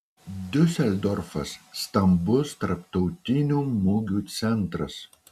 diuseldorfas stambus tarptautinių mugių centras